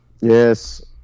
Yes